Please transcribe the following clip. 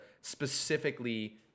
specifically